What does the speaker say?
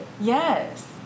Yes